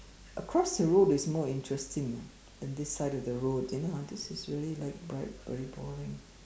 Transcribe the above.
across the road is more interesting ah than this side of the road you know I don't necessary like bright very boring